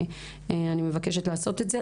אני מבקשת לעשות את זה.